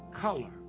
color